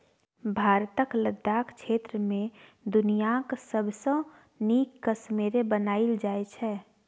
भारतक लद्दाख क्षेत्र मे दुनियाँक सबसँ नीक कश्मेरे बनाएल जाइ छै